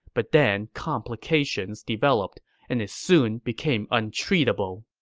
but then complications developed and it soon became untreatable.